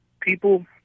people